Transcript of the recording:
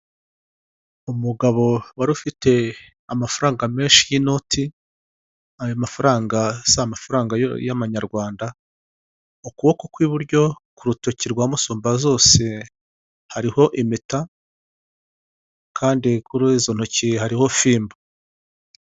Umugabo wari ufite amafaranga menshi y'inoti, ayo mafaranga si amafaranga y'amanyarwanda, ukuboko kw'iburyo, ku rutoki rwa musumbazose hariho impeta, kandi kuri izo ntoki hariho fimbo.